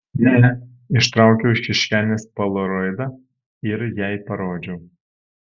ne ištraukiau iš kišenės polaroidą ir jai parodžiau